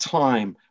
time